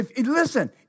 Listen